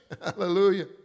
hallelujah